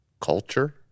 culture